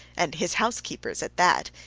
and his housekeeper's at that.